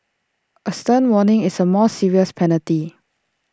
A stern warning is A more serious penalty